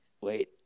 Wait